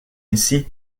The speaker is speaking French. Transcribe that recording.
ainsi